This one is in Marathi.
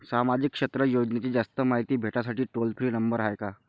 सामाजिक क्षेत्र योजनेची जास्त मायती भेटासाठी टोल फ्री नंबर हाय का?